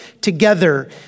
together